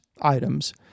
items